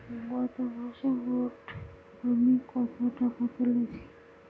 গত মাসে মোট আমি কত টাকা তুলেছি?